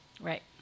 right